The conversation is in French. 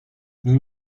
nous